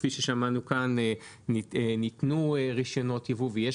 כפי ששמענו כאן ניתנו רישיונות יבוא ויש